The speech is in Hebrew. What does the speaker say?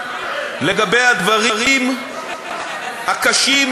לגבי הדברים הקשים,